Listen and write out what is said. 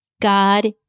God